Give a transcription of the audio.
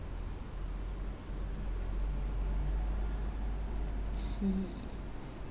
I see